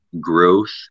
growth